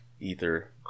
Ether